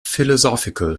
philosophical